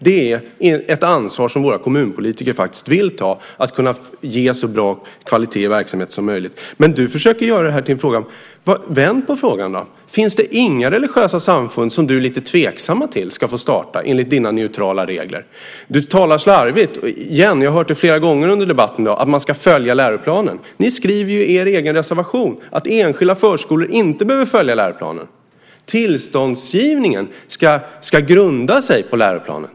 Det är ett ansvar som våra kommunpolitiker faktiskt vill ta, att kunna ge så bra kvalitet i verksamheten som möjligt. Men vänd på frågan då! Finns det inga religiösa samfund som du är lite tveksam till ska få starta, enligt dina neutrala regler? Du talar slarvigt, igen - jag har hört det flera gånger under debatten i dag - om att man ska följa läroplanen. Ni skriver ju i er egen reservation att enskilda förskolor inte behöver följa läroplanen. Tillståndsgivningen ska grunda sig på läroplanen.